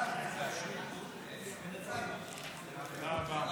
תודה רבה.